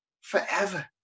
forever